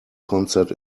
concert